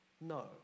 No